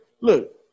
look